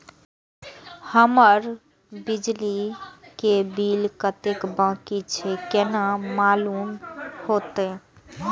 हमर बिजली के बिल कतेक बाकी छे केना मालूम होते?